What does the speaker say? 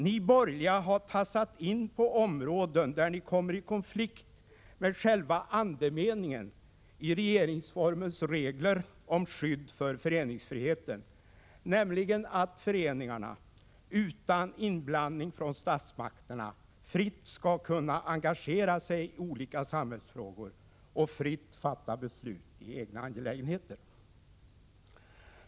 Ni borgerliga har tassat in på områden där ni kommer i konflikt med själva andemeningen i regeringsformens regler om skydd för föreningsfriheten, nämligen att föreningarna utan inblandning från statsmakterna skall kunna fritt engagera sig i olika samhällsfrågor och fritt fatta beslut i egna angelägenheter.